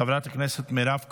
חברת הכנסת מירב כהן,